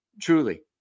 truly